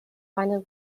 final